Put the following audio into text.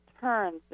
turns